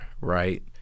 Right